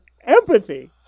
empathy